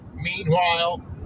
Meanwhile